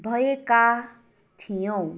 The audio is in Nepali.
भएका थियौँ